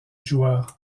joueur